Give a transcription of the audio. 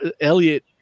Elliot